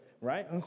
right